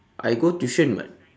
I go tuition [what]